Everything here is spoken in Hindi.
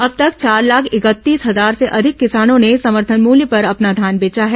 अब तक चार लाख इकतीस हजार से अधिक किसानों ने समर्थन मल्य पर अपना धान बेचा है